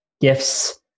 gifts